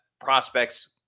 prospects